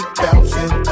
bouncing